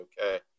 okay